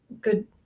good